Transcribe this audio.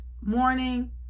morning